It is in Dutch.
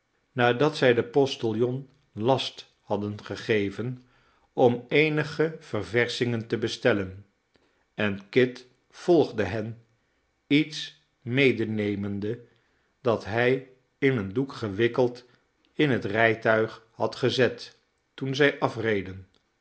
nadat zy den postiljon last hadden gegeven om eenige ververschingen te bestellen en kit volgde hen iets medenemende dat hij in een doek gewikkeld in het rijtuig had gezet toen zij afreden